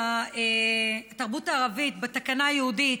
של התרבות הערבית בתקנה הייעודית,